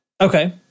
Okay